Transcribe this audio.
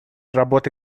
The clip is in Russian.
работы